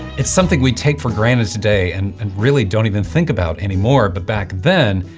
it's something we take for granted today and and really don't even think about anymore. but back then,